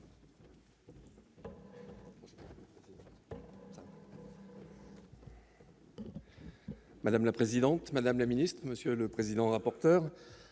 Madame la présidente, madame la ministre, monsieur le président-rapporteur,